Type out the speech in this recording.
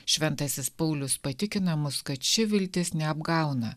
šventasis paulius patikina mus kad ši viltis neapgauna